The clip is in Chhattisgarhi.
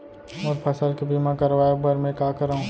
मोर फसल के बीमा करवाये बर में का करंव?